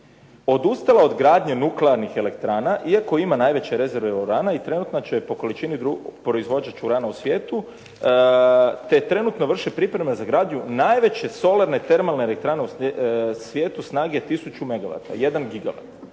odustala od gradnje nuklearnih elektrana iako ima najveće rezerve urana i trenutno je drugi po količini proizvođač urana u svijetu, te trenutno vrši pripreme za gradnju najveće solarne termalne elektrane u svijetu snage tisuću